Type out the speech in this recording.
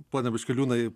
pone biškiliūnai